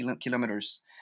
kilometers